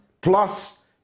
plus